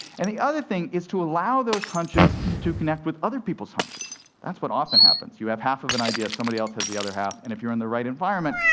and the other thing is to allow those hunches to connect with other people's hunches that's what often happens. you have half of an idea, somebody else has the other half, and if you're in the right environment,